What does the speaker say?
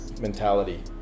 mentality